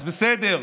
אז בסדר,